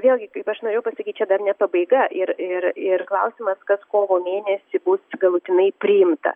vėlgi kaip aš norėjau pasakyt čia dar ne pabaiga ir ir ir klausimas kas kovo mėnesį bus galutinai priimta